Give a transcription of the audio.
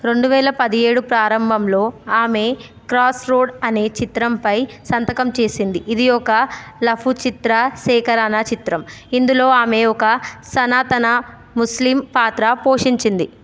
రెండు వేల పదిహేడు ప్రారంభంలో ఆమె క్రాస్రోడ్ అనే చిత్రంపై సంతకం చేసింది ఇది ఒక లఘుచిత్ర సేకరణా చిత్రం ఇందులో ఆమె ఒక సనాతన ముస్లిం పాత్ర పోషించింది